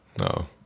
No